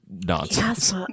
nonsense